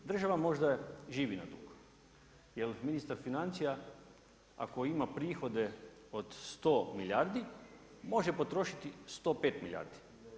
Država možda živi na dug jer ministar financija ako ima prohode od 100 milijardi, može potrošiti 105 milijardi.